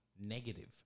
negative